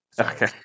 okay